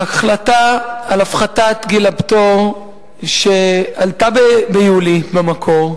ההחלטה על הפחתת גיל הפטור עלתה ביולי במקור.